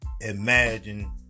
imagine